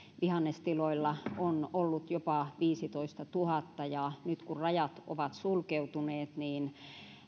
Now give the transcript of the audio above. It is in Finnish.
vihannestiloilla on ollut jopa viisitoistatuhatta ja nyt kun rajat ovat sulkeutuneet niin